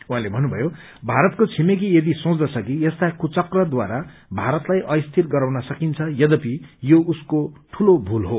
उहाँले भन्नुभयो भारतको छिमेकी यदि सोच्दछ कि यस्ता कुचक्रद्वारा भारतलाईअस्थिर गराउन सकिन्छ यद्यपि यो उसको दूलो मूल हो